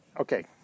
Okay